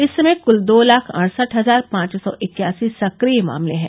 इस समय कुल दो लाख अड़सठ हजार पांच सौ इक्यासी सक्रिय मामले हैं